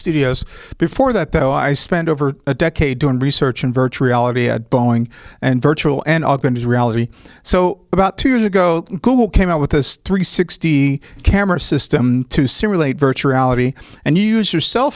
studios before that though i spent over a decade doing research in virtual reality at boeing and virtual and all going to reality so about two years ago google came out with this three sixty camera system to simulate virtual reality and use your cell